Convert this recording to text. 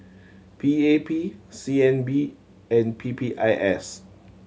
P A P C N B and P P I S